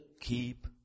keep